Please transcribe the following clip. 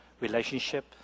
relationship